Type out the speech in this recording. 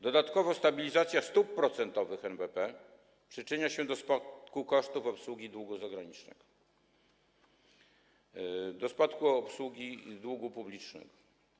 Dodatkowo stabilizacja stóp procentowych NBP przyczynia się do spadku kosztów obsługi długu zagranicznego, do spadku kosztów obsługi długu publicznego.